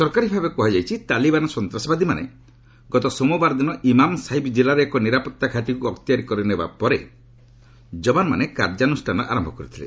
ସରକାରୀ ଭାବେ କୁହାଯାଇଛି ତାଲିବାନ୍ ସନ୍ତାସବାଦୀମାନେ ଗତ ସୋମବାର ଦିନ ଇମାମ୍ ସାହିବ୍ ଜିଲ୍ଲାର ଏକ ନିରାପତ୍ତା ଘାଟିକୁ ଅକ୍ତିଆର କରିନେବା ପରେ ଯବାନମାନେ କାର୍ଯ୍ୟାନୁଷ୍ଠାନ ଆରମ୍ଭ କରିଥିଲେ